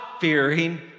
fearing